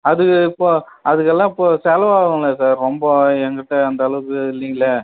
அதுக்கு இப்போது அதுக்கெல்லாம் இப்போது செலவாகுங்களே சார் ரொம்ப என் கிட்டே அந்த அளவுக்கு இல்லைங்கள